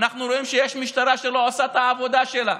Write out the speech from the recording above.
אנחנו רואים שיש משטרה שלא עושה את העבודה שלה.